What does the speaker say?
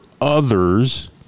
others